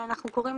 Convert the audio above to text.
אנחנו קוראים